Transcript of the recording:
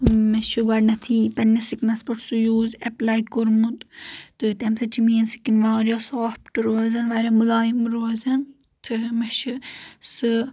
مےٚ چھُ گونڈتھے یہِ پننِس سِکنس پیٹھ سہُ یوٗز اٮ۪پلے کوٚرمُت تہِ تمۍ سۭتۍ چھ میٲنۍ سِکن واریاہ سافٹ روزان واریاہ ملایم روزَن تہٕ مےٚ چھ سہ